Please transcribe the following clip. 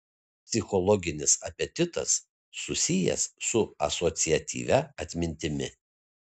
psichologinis apetitas susijęs su asociatyvia atmintimi